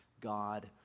God